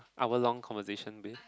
hour long conversation with